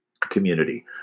community